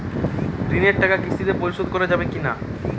ঋণের টাকা কিস্তিতে পরিশোধ করা যাবে কি না?